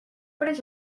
prens